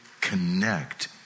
connect